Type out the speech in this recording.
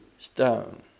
stone